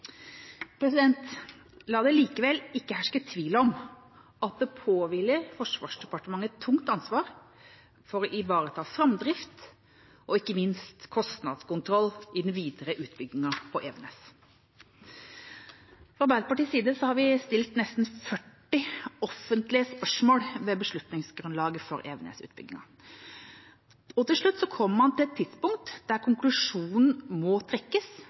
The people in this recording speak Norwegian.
La det likevel ikke herske tvil om at det påhviler Forsvarsdepartementet et tungt ansvar for å ivareta framdrift og ikke minst kostnadskontroll i den videre utbyggingen på Evenes. Fra Arbeiderpartiets side har vi stilt nesten 40 offentlige spørsmål ved beslutningsgrunnlaget for Evenes-utbyggingen. Til slutt kommer man til et tidspunkt der konklusjonen må trekkes